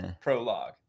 prologue